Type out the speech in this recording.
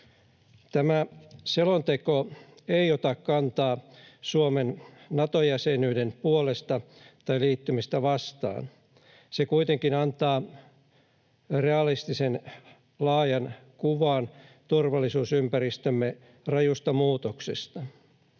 Tämä selonteko ei ota kantaa Suomen Nato-jäsenyyden puolesta tai liittymistä vastaan. Se kuitenkin antaa realistisen, laajan kuvan turvallisuusympäristömme rajusta muutoksesta.